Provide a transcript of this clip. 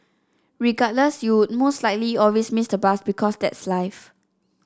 regardless you'd most likely always miss the bus because that's life